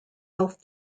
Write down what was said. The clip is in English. health